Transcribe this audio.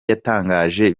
yatangaje